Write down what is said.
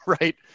right